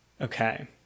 Okay